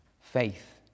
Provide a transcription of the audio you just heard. faith